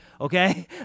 okay